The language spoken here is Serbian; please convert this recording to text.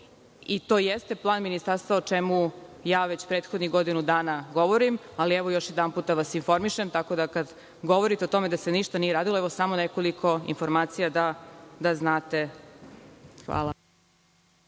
i to jeste plan ministarstva, o čemu već prethodnih godinu dana govorim. Evo još jednom vas informišem, tako da kada govorite o tome da se ništa nije radilo, evo samo nekoliko informacija da znate. Hvala.